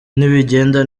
nibigenda